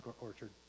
orchard